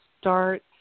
start